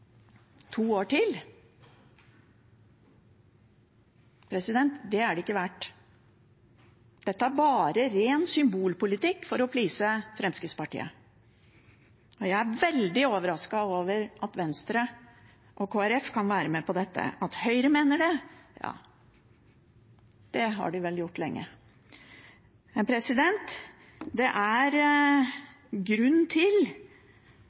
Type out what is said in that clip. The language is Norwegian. To år til? Det er det ikke verdt. Dette er bare ren symbolpolitikk for å «please» Fremskrittspartiet, og jeg er veldig overrasket over at Venstre og Kristelig Folkeparti kan være med på dette. At Høyre mener det, ja, det har de vel gjort lenge. Det er grunn til, og SV er med på, at vi skal stille klare krav til